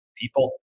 people